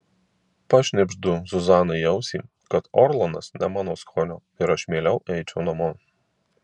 pašnibždu zuzanai į ausį kad orlandas ne mano skonio ir aš mieliau eičiau namo